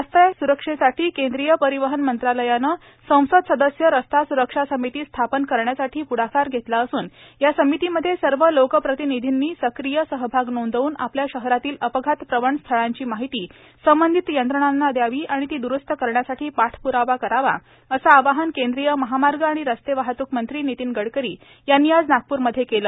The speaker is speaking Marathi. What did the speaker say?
रस्ते सुरक्षेसाठी केंद्रीय परिवहन मंत्रालयाने संसद सदस्य रस्ता स्रक्षा समिती स्थापन करण्यासाठी प्ढाकार घेतला असून या समितीमध्ये सर्व लोकप्रतिनिधींनी सक्रीय सहभाग नोंदवून आपल्या शहरातील अपघातप्रवण स्थळांची माहिती संबंधित यंत्रणांना दयावी आणि ती दरुस्त करण्यासाठी पाठप्रावा करावा असं आवाहन केंद्रीय महामार्ग आणि रस्ते वाहतूक मंत्री नितीन गडकरी यांनी आज नागपूरमध्ये केलं